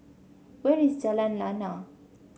where is Jalan Lana